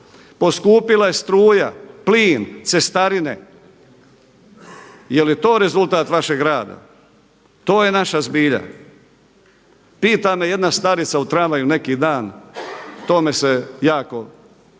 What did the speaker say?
Poskupila je struja, plin, cestarine, je li to rezultat vašeg rada? To je naša zbilja. Pita me jedna starica u tramvaju neki dan, tome se jako,